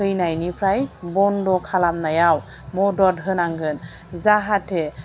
फैनायनिफ्राय बन्द' खालामनायाव मदद होनांगोन जाहाथे